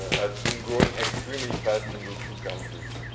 has been growing extremely fast in those two countries.